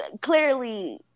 clearly